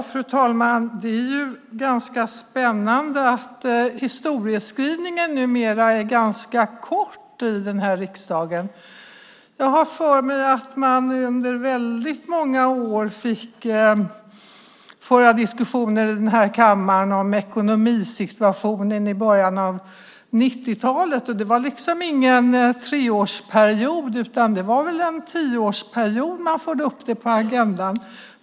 Fru talman! Det är ganska spännande att historieperspektivet numera är rätt så kort här i riksdagen. Jag har för mig att man under väldigt många år i denna kammare fick föra diskussioner om ekonomisituationen i början av 1990-talet. Det var liksom ingen treårsperiod, utan det var väl fråga om en tioårsperiod när man förde upp det på agendan.